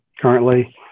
currently